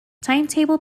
timetable